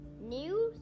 News